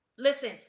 Listen